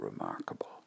remarkable